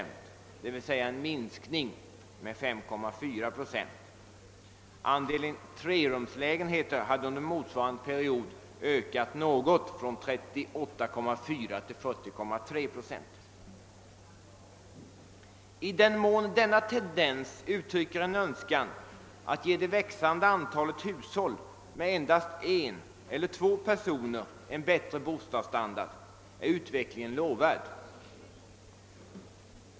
I den mån denna tendens uttrycker en önskan att ge det växande antalet hushåll med endast en eller två per soner en bättre bostadsstandard är utvecklingen lovvärd.